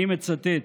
אני מצטט: